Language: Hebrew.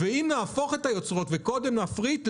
אם נהפוך את היוצרות וקודם נפריט,